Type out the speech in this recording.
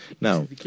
Now